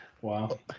Wow